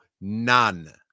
None